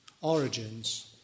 origins